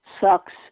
sucks